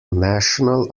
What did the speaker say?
national